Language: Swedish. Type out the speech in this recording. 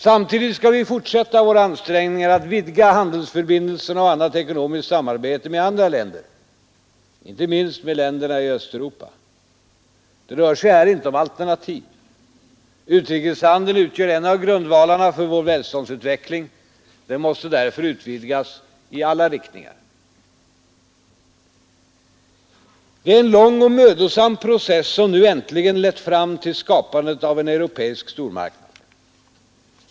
Samtidigt skall vi fortsätta våra ansträngningar att vidga handelsförbindelserna och annat ekonomiskt samarbete med andra länder, inte minst med länderna i Östeuropa. Det rör sig här inte om alternativ. Utrikeshandeln utgör en av grundvalarna för vår välståndsutveckling. Den måste därför utvidgas i alla riktningar. Det är en lång och mödosam process som nu äntligen lett fram till skapandet av en europeisk stormarknad.